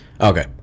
Okay